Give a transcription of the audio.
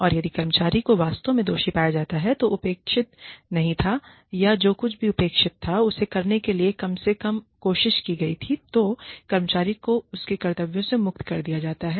और यदि कर्मचारी को वास्तव में दोषी पाया जाता है जो अपेक्षित नहीं था या जो कुछ भी अपेक्षित था उसे करने के लिए कम से कम कोशिश की गई थी तो कर्मचारी को उसके कर्तव्यों से मुक्त कर दिया जाता है